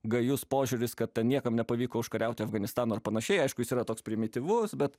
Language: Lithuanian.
gajus požiūris kad ten niekam nepavyko užkariauti afganistano ir panašiai aišku yra toks primityvus bet